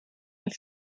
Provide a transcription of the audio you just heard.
are